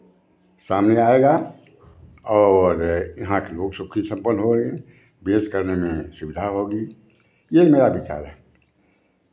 सामने आएगा और यहाँ के लोग सुखी सम्पन्न होंगे बिज़नेस करने में सुविधा होगी यही मेरा विचार है